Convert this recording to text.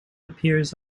appears